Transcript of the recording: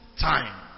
time